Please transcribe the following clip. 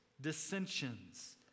dissensions